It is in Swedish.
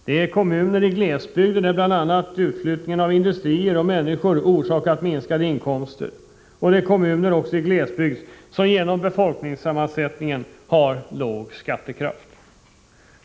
Det är kommuner i glesbygder, där bl.a. utflyttning av industrier och människor orsakat minskade inkomster, och det är kommuner i glesbygd som genom befolkningssammansättningen har låg skattekraft.